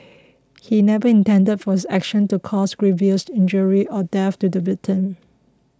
he never intended for his action to cause grievous injury or death to the victim